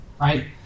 right